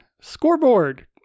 Scoreboard